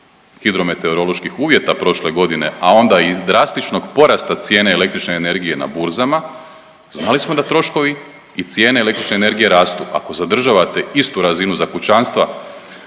hidrometeoroloških uvjeta prošle godine, a onda i drastičnog porasta cijene električne energije na burzama, znali smo da troškovi i cijene električne energije rastu. Ako zadržavate istu razinu za kućanstva,